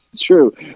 True